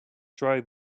dry